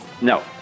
No